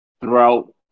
throughout